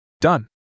Done